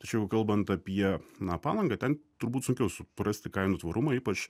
tačiau kalbant apie na palangą ten turbūt sunkiau suprasti kainų tvarumą ypač